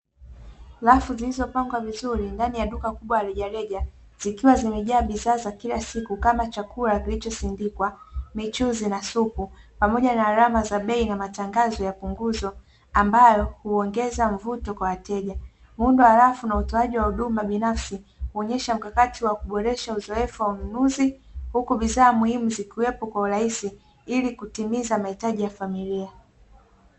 Halafu zilizokauka vizuri ndani ya duka mkubwa haijarejea zikiwa zimejaa bidhaa za kila siku kama chakula kilichosindikwa michezo Pamoja na gharama za bei na matangazo ya punguzo ambayo huongeza mvuto kwa wateja muundo halafu na utoaji wa huduma binafsi kuonyesha mkakati wa kuboresha uzoefu wa ununuzi huku bidhaa muhimu zikiwepo kwa urahisi ili kutimiza mahitaji ya familia